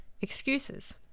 excuses